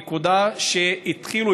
נקודה שהתחילו,